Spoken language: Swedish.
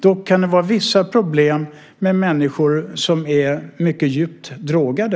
Dock kan det vara vissa problem med människor som är mycket djupt drogade.